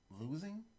losing